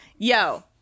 Yo